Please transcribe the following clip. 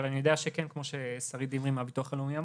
אבל כפי שאמרה שרית דמרי מהביטוח הלאומי,